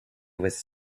was